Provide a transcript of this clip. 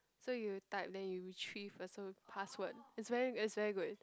so you type then you retrieve personal password it's very it's very good